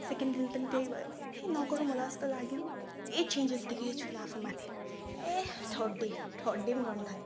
second दिन पनि त्यही भयो हे नगरौँ होला हो जस्तो लाग्यो केही चेन्जेस देखेको छुइनँ आफूमाथि ए थर्ड डे थर्ड डे पनि गर्नु थालेँ